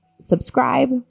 subscribe